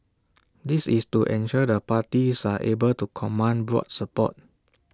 this is to ensure the parties are able to command broad support